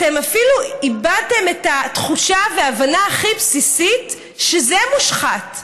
אתם אפילו איבדתם את התחושה וההבנה הכי בסיסית שזה מושחת,